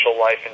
life